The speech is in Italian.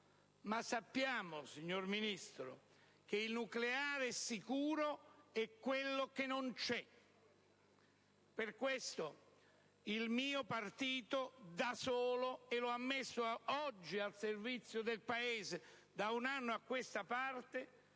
ma sappiamo, signor Ministro, che il nucleare sicuro è quello che non c'è. Per questo, il mio partito, da solo, è al servizio del Paese da un anno a questa parte